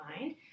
mind